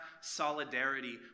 solidarity